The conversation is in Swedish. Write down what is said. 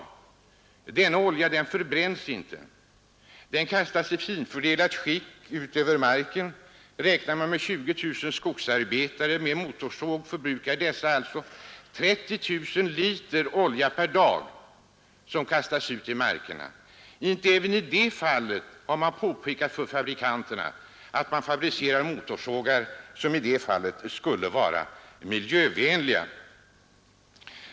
Denna olja förbränns inte — den kastas i finfördelat skick ut över marken. Räknar man med 20 000 skogsarbetare med motorsåg förbrukar dessa alltså 30 000 liter olja per dag, som kastas ut över markerna. Inte heller i det fallet har man gjort något påpekande hos fabrikanterna och framhållit att de borde tillverka motorsågar som är miljövänliga.